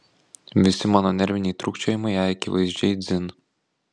visi mano nerviniai trūkčiojimai jai akivaizdžiai dzin